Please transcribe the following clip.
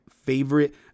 favorite